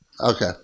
Okay